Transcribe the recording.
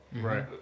Right